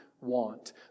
want